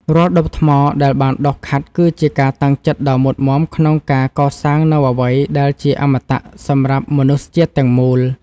រាល់ដុំថ្មដែលបានដុសខាត់គឺជាការតាំងចិត្តដ៏មុតមាំក្នុងការកសាងនូវអ្វីដែលជាអមតៈសម្រាប់មនុស្សជាតិទាំងមូល។